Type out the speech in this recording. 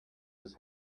his